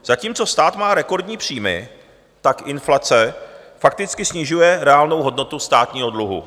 Zatímco stát má rekordní příjmy, tak inflace fakticky snižuje reálnou hodnotu státního dluhu.